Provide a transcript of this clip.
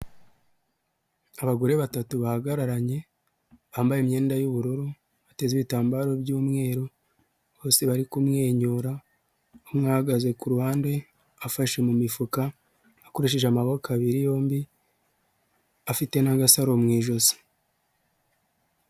Abagore batatu bahagararanye bambaye imyenda y'ubururu, bateze ibitambaro by'umweru bose bari kumwenyura umwe ahagaze ku ruhande afashe mu mifuka akoresheje amaboko abiri yombi afite n'agasaro mu ijosi.